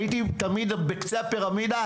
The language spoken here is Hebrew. הייתי תמיד בקצה הפירמידה,